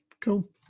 Cool